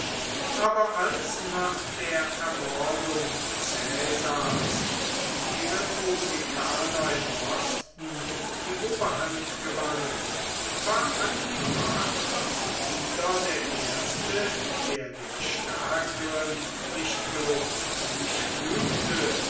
aber als nach der ermordung caesars die republikaner im osten die oberhand gewannen war antipatros wieder der erste der dem stärkeren nicht bloß sich fügte